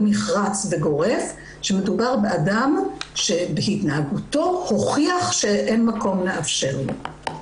נחרץ וגורף שמדובר באדם שבהתנהגותו הוכיח שאין מקום לאפשר לו.